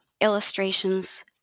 illustrations